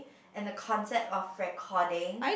and a concept of recording